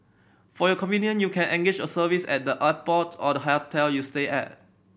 for your convenience you can engage a service at the airport or the hotel you stay at